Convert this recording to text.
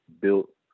built